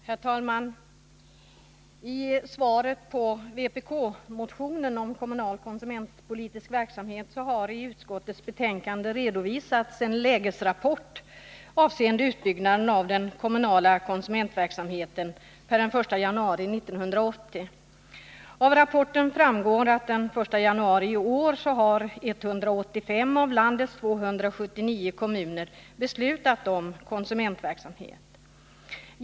Herr talman! I sitt svar på vpk-motionen om kommunal konsumentpolitisk verksamhet har utskottet redovisat en lägesrapport avseende utbyggnaden av den kommunala konsumentverksamheten per den 1 januari 1980. Av rapporten framgår att den 1 januari i år hade 185 av landets 279 kommuner beslutat om konsumentverksamhet.